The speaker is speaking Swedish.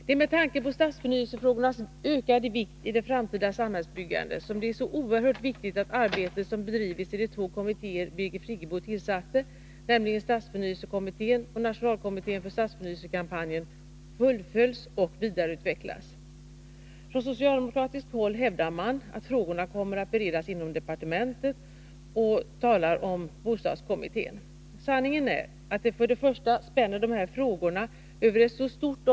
Det är med tanke på stadsförnyelsefrågornas ökade betydelse i det framtida samhällsbyggandet som det är så oerhört viktigt att arbetet som bedrivits i de två kommittéer som Birgit Friggebo tillsatte, nämligen stadsförnyelsekommittén och nationalkommittén för de svenska förberedelserna inom Europarådets stadsförnyelsekampanj, fullföljs och vidareutvecklas. Från socialdemokratiskt håll hävdar man att frågorna kommer att beredas inom departementet, och man talar om bostadskommittén. Sanningen är att de här frågorna för det första spänner över ett så stort område att arbetet måste samordnas.